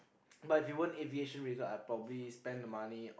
but if you want aviation Razar I probably spend the money